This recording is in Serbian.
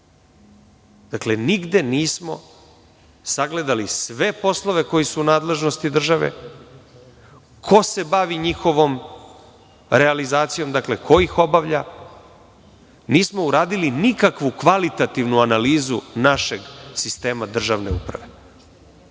Dakle, nigde nismo sagledali sve poslove koji su u nadležnosti države, ko se bavi njihovom realizacijom, ko ih obavlja. Nismo uradili nikakvu kvalitativnu analizu našeg sistema državne uprave.